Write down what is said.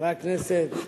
חברי הכנסת,